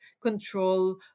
control